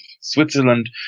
Switzerland